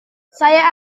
saya